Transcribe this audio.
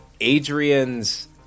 Adrian's